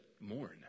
mourn